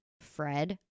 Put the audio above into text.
Fred